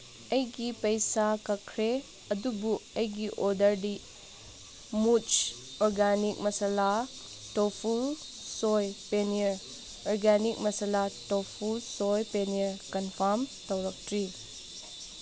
ꯑꯩꯒꯤ ꯄꯩꯁꯥ ꯀꯛꯈ꯭ꯔꯦ ꯑꯗꯨꯕꯨ ꯑꯩꯒꯤ ꯑꯣꯔꯗꯔꯗꯤ ꯃꯨꯠꯁ organic masala tofu soy paneer organic masala tofu soy paneer confirm ꯇꯧꯔꯛꯇ꯭ꯔꯤ